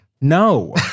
No